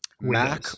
Mac